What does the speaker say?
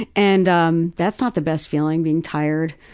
and and um that's not the best feeling, being tired.